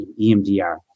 EMDR